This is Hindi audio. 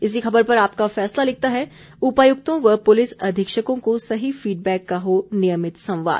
इसी खबर पर आपका फैसला लिखता है उपायुक्तों व पुलिस अधीक्षकों को सही फीडबैक का हो नियमित संवाद